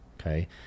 okay